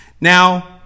Now